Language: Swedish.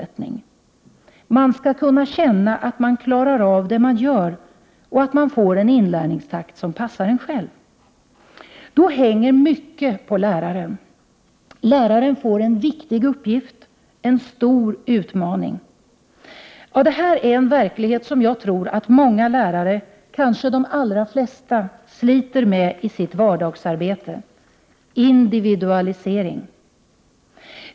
1988/89:120 gör och att man får en inlärningstakt som passar en själv.” 24 maj 1989 Då hänger mycket på läraren. Läraren får en viktig uppgift, en stor utmaning. Ja, det här är en verklighet som jag tror att många lärare, kanske de allra flesta, sliter med i sitt arbete — individualisering.